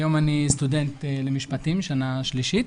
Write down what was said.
היום אני סטודנט למשפטים, שנה שלישית,